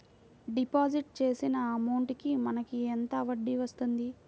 Deposit చేసిన amount కి మనకి ఎంత వడ్డీ వస్తుంది?